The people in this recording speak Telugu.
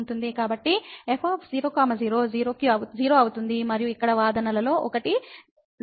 కాబట్టి f00 0 అవుతుంది మరియు ఇక్కడ వాదనలలో ఒకటి ఏమిటంటె ఇది 0 అయితే ఏమి జరుగుతుంది